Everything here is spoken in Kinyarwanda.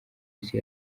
isi